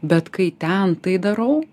bet kai ten tai darau